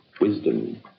wisdom